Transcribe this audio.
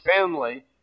family